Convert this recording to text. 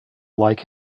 like